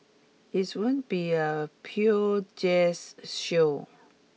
it's won't be a pure jazz show